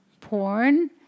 porn